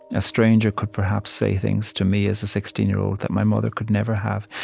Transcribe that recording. a stranger could, perhaps, say things to me as a sixteen year old that my mother could never have,